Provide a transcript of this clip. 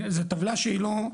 זה טבלה שהיא לא,